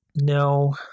no